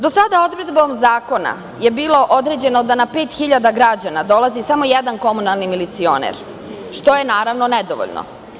Do sada odredbom zakona je bilo određeno da na 5.000 građana dolazi samo jedan komunalni milicioner, što je naravno nedovoljno.